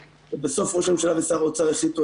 בסוף ראש הממשלה ושר האוצר יחליטו,